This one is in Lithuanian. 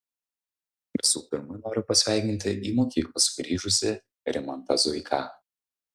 visų pirma noriu pasveikinti į mokyklą sugrįžusį rimantą zuiką